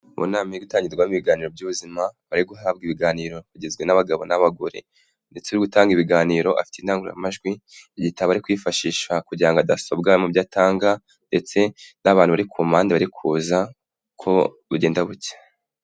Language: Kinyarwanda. Mu nama itangirwamo ibiganiro by'ubuzima abari guhabwa ibiganiro bagizwe n'abagabo n'abagore ndetse uri gutanga ibiganiro afite indangururamajwi ,igitabo ari kwifashisha kugira ngo adasobwa mu byo atanga ndetse n'abantu bari ku mpande bari kuza ko bugenda bucya .